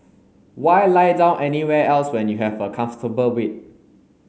why lie down anywhere else when you have a comfortable bed